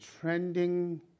trending